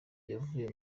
yavuye